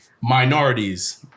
minorities